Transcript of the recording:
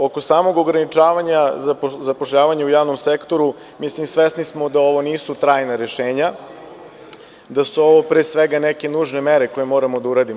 Oko samog ograničavanja zapošljavanje u javnom sektoru, mislim, svesni smo da ovo nisu trajna rešenja, da su ovo pre sveganeke nužne mere koje moramo da uradimo.